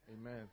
Amen